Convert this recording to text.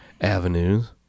avenues